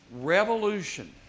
revolution